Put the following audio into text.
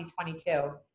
2022